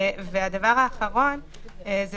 אבל אם הוא יוצא מן הבית שלו כאשר הוא